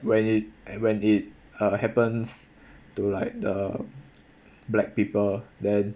when it and when it uh happens to like the black people then